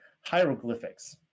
hieroglyphics